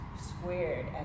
squared